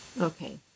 Okay